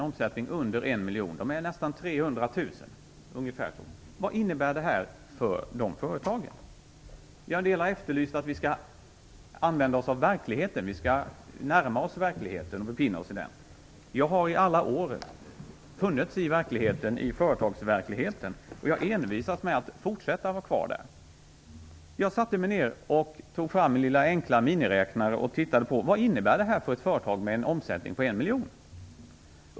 En del har efterlyst att vi skall använda oss av verkligheten, närma oss den och befinna oss i den. Jag har i alla år funnits i företagsverkligheten, och jag envisas med att fortsätta att vara kvar där. Jag satte mig därför ner och tog fram min lilla enkla miniräknare och tittade på vad detta förslag innebär för ett företag med en omsättning på 1 miljon.